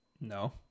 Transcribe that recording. No